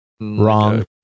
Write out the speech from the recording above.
wrong